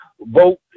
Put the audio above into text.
vote